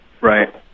Right